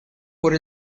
por